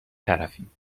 طرفیم